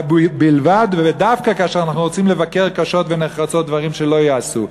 בלבד ודווקא כאשר אנחנו רוצים לבקר קשות ונחרצות דברים שלא ייעשו.